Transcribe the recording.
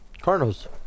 Cardinals